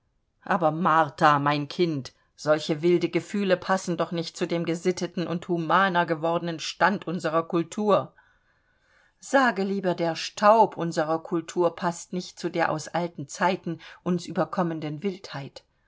aber martha mein kind solche wilde gefühle passen doch nicht zu dem gesitteten und humaner gewordenen stand unserer kultur sage lieber der staub unserer kultur paßt nicht zu der aus alten zeiten uns überkommenen wildheit